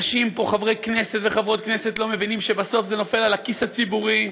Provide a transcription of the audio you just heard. חברי כנסת וחברות כנסת לא מבינים שבסוף זה נופל על הכיס הציבורי.